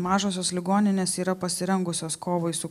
mažosios ligoninės yra pasirengusios kovai su